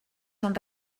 són